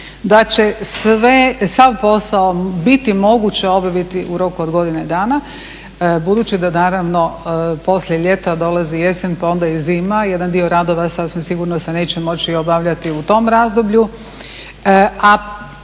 da će sav posao biti moguće obaviti u roku od godine dana budući da naravno poslije ljeta dolazi jesen, pa onda i zima, jedan dio radova sasvim sigurno se neće moći obavljati u tom razdoblju. A